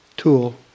Tool